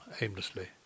aimlessly